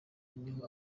niho